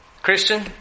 Christian